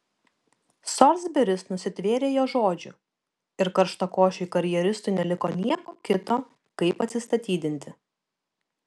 solsberis nusitvėrė jo žodžių ir karštakošiui karjeristui neliko nieko kito kaip atsistatydinti